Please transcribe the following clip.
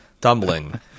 Tumbling